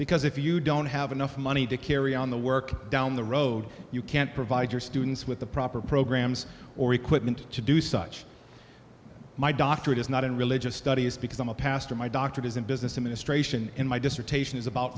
because if you don't have enough money to carry on the work down the road you can't provide your students with the proper programs or equipment to do such my doctorate is not in religious studies because i'm a pastor my doctorate is in business administration in my dissertation is about